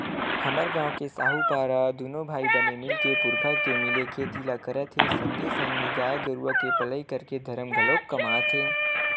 हमर गांव के साहूपारा दूनो भाई बने मिलके पुरखा के मिले खेती ल करत हे संगे संग गाय गरुवा के पलई करके धरम घलोक कमात हे